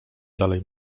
dalej